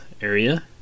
area